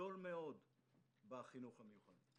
גדול מאוד בחינוך המיוחד.